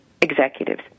executives